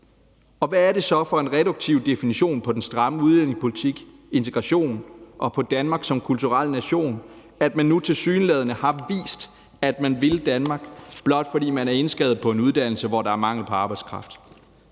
Og hvad er det så for en reduktiv definition på den stramme udlændingepolitik, på integration og på Danmark som kulturel nation, at man nu tilsyneladende har vist, at man vil Danmark, blot fordi man er indskrevet på en uddannelse på et område, hvor der er mangel på arbejdskraft?